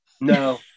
No